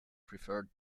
preferred